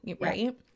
right